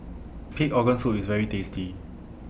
Pig Organ Soup IS very tasty